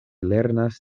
lernas